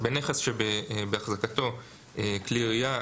בנכס שבאחזקתו כלי ירייה,